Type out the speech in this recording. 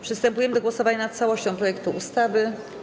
Przystępujemy do głosowania nad całością projektu ustawy.